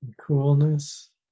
coolness